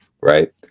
right